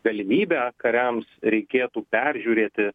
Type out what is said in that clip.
galimybę kariams reikėtų peržiūrėti